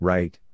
Right